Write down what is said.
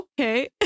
okay